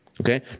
Okay